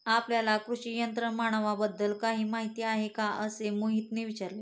आपल्याला कृषी यंत्रमानवाबद्दल काही माहिती आहे का असे मोहितने विचारले?